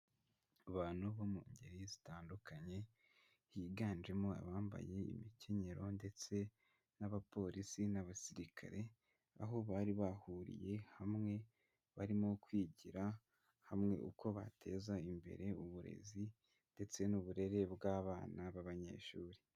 Abantu bo mu ngeri zitandukanye, higanjemo abambaye imikenyero, ndetse n’abapolisi n’abasirikare, aho bari bahuriye hamwe, barimo kwigira hamwe uko bateza imbere uburezi, ndetse n’uburere bw’abana b’abanyeshuri.